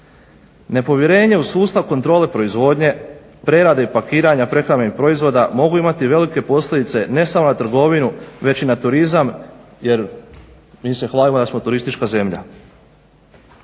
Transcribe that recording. Nepovjerenje u sustav kontrole proizvodnje prerade i pakiranja prehrambenih proizvoda mogu imati velike posljedice ne samo na trgovinu već i na turizam jer mi se hvalimo da smo turistička zemlja.